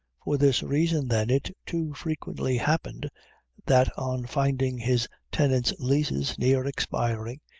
for this reason, then, it too frequently happened that on finding his tenant's leases near expiring,